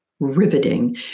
Riveting